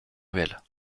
ruelle